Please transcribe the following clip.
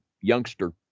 youngster